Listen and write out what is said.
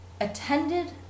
attended